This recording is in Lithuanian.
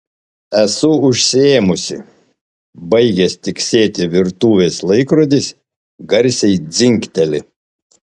esu užsiėmusi baigęs tiksėti virtuvės laikrodis garsiai dzingteli